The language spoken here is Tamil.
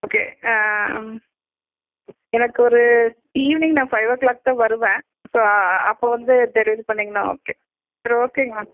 ஓகே எனக்கு ஒரு ஈவினிங் நான் ஃபைவோ க்ளாக் தான் வருவேன் ஸோ அப்போ வந்து டெலிவரி பண்ணிங்கன்னா ஓகே சரி ஓகேங்கமா